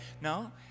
no